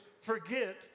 forget